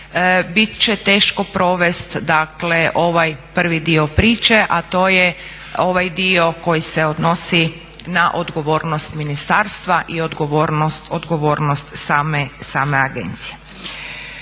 bit će teško provest, dakle ovaj prvi dio priče, a to je ovaj dio koji se odnosi na odgovornost ministarstva i odgovornost same agencije.